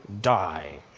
die